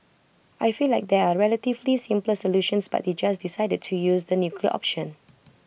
I feel like there are relatively simpler solutions but they just decided to use the nuclear option